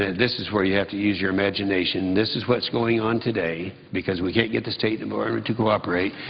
this is where you have to use your imagination. this is what's going on today, because we can't get the state department to cooperate.